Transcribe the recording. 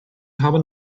haben